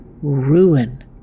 Ruin